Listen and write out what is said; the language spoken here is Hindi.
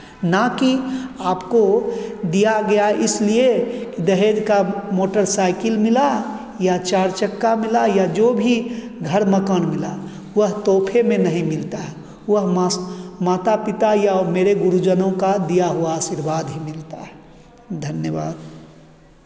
ना कि आपको दिया गया इसलिए दहेज का मोटरसाइकिल मिला या चार चक्का मिला या जो भी घर मकान मिला वह तोहफ़े में नहीं मिलता है वह मा माता पिता या मेरे गुरुजनों का दिया हुआ आशीर्वाद ही मिलता है धन्यवाद